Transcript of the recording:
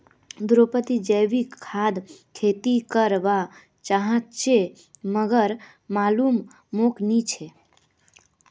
दीपेंद्र जैविक खाद खेती कर वा चहाचे मगर मालूम मोक नी छे